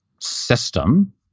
system